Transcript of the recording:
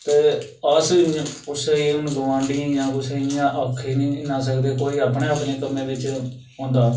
ते अस कुसै गी हुन गुआंढियें जां कुसै गी इन्ना आक्खी नी सकदे कोई अपने अपने कम्मै बिच्च होंदा